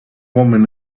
woman